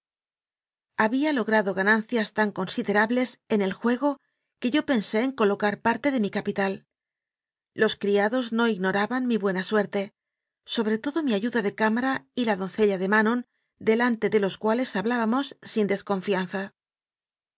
había logrado ganancias tan considerables en el juego que yo pensé en colocar parte de mi capital los criados no ignoraban mi buena suerte sobre todo mi ayuda de cámara y la doncella de manon delante de los cuales hablábamos sin desconfianza